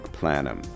Planum